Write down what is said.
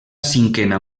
cinquena